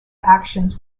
actions